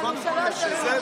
קודם כל יש את זה,